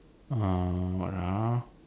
uh what ah